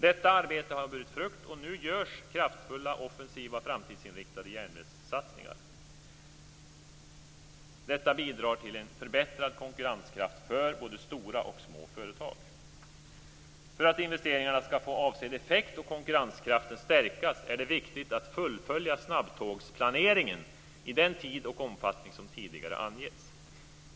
Detta arbete har burit frukt, och nu görs kraftfulla offensiva framtidsinriktade järnvägssatsningar. Detta bidrar till en förbättrad konkurrenskraft för både stora och små företag. För att investeringarna skall få avsedd effekt och konkurrenskraften stärkas är det viktigt att fullfölja snabbtågsplaneringen i den tid och omfattning som tidigare angivits.